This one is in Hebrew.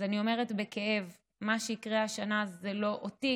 אז אני אומרת בכאב: מה שיקרה השנה, אותי